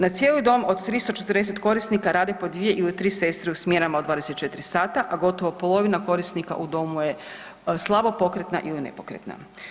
Na cijeli dom od 340 korisnika rade po 2 ili 3 sestre u smjenama od 24 sata, a gotovo polovina korisnika u domu je slabo pokretna ili nepokretna.